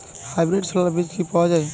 Hybrid ছোলার বীজ কি পাওয়া য়ায়?